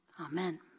Amen